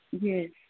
Yes